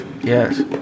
Yes